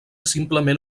simplement